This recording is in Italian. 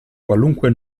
qualunque